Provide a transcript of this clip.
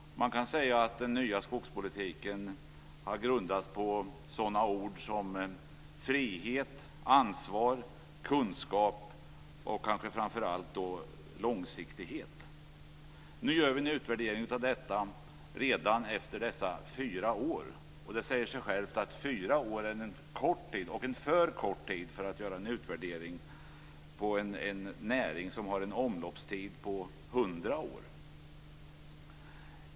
Den nya skogspolitiken var grundad på sådana ord som frihet, ansvar, kunskap och kanske framför allt långsiktighet. Nu gör vi en utvärdering av detta redan efter fyra år. Det säger sig självt att fyra år är en för kort tid för att göra en utvärdering på en näring som har en omloppstid av 100 år.